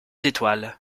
étoiles